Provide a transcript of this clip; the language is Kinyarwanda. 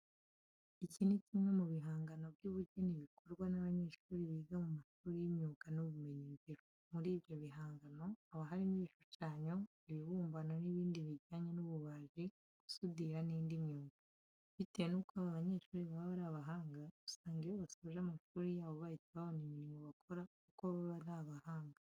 Iki ni kimwe mu bihangano by'ubugeni bikorwa n'abanyeshuri biga mu mashuri y'imyuga n'ubumenyingiro. Muri ibyo bihangano haba harimo ibishushanyo, ibibumbano n'ibindi bijyanye n'ububaji, gusudira n'indi myuga. Bitewe nuko aba banyeshuri baba ari abahanga usanga iyo basoje amashuri yabo bahita babona imirimo bakora kuko baba ari abahanga.